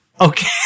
Okay